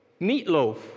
Meatloaf